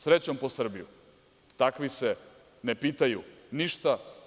Srećom po Srbiju takvi se ne pitaju ništa.